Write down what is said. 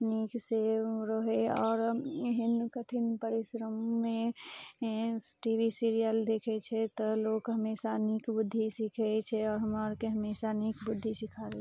नीक से ओ रहै आओर एहन कठिन परिश्रममे टी वी सीरियल देखै छै तऽ लोक हमेशा नीक बुद्धि सिखै छै और हमरा अरके हमेशा नीक बुद्धि सिखाबै